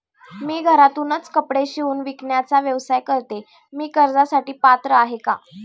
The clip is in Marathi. मी घरातूनच कपडे शिवून विकण्याचा व्यवसाय करते, मी कर्जासाठी पात्र आहे का?